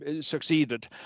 succeeded